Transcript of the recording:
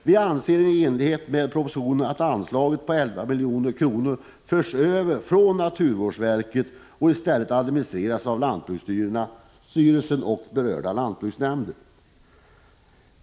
Vi anser i enlighet med prositionen att anslaget på 11 miljoner bör föras över från naturvårdsverket och i stället administreras av lantbruksstyrelsen och berörda lantbruksnämnder.